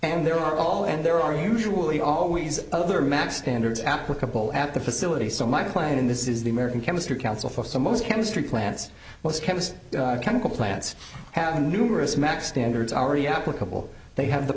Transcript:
and there are all and there are usually always other math standards applicable at the facility so my plan in this is the american chemistry council for some most chemistry plants most chemists chemical plants have a numerous math standards are already applicable they have the